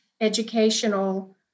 educational